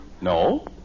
No